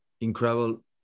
incredible